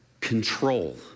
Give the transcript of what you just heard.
control